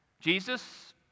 Jesus